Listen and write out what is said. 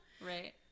Right